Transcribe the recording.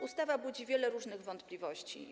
Ustawa budzi wiele różnych wątpliwości.